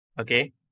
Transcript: Okay